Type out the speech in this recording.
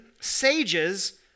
sages